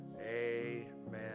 amen